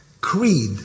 creed